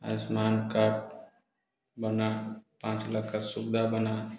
Ayushman card बना पाँच लाख का सुविधा बना